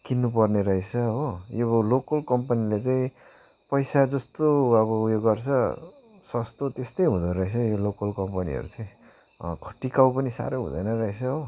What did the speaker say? किन्नुपर्ने रहेछ हो यो लोकल कम्पनीले चाहिँ पैसा जस्तो अब उयो गर्छ सस्तो त्यस्तै हुँदोरहेछ यो लोकल कम्पनीहरू चाहिँ खै टिकाउहरू पनि साह्रो हुँदैन रहेछ हो